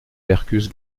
mercus